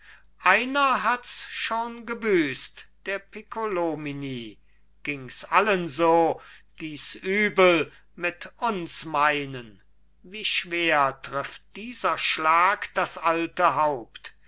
einer hats schon gebüßt der piccolomini gings allen so die's übel mit uns meinen wie schwer trifft dieser schlag das alte haupt